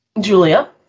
Julia